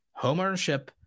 homeownership